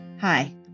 Hi